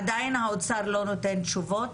עדיין האוצר לא נותן תשובות.